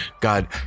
God